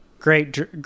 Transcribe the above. Great